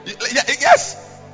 yes